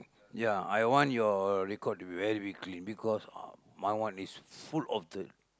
ya I want your record to be very be clean because my one is full of dirt